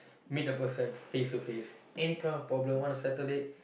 meet the person face to face any kind of problem want to settle it